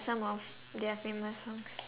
some of their famous songs